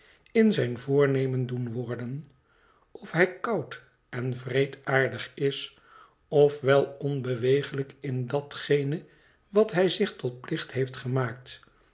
in zijn voornemen doen worden of hij koud en wreedaardig is of wel onbeweeglijk in datgene wat hij zich tot plicht heeft gemaakt